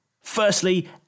Firstly